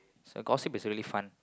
so gossip is really fun